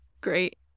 great